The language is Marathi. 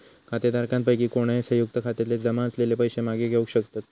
खातेधारकांपैकी कोणय, संयुक्त खात्यातले जमा असलेले पैशे मागे घेवक शकतत